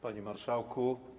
Panie Marszałku!